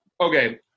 okay